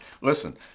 Listen